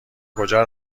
کجا